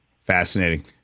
Fascinating